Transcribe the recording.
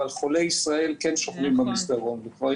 אבל חולי ישראל כן שוכבים במסדרון.